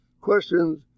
Questions